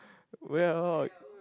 well